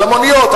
על המוניות,